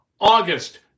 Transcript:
August